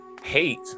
hate